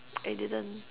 I didn't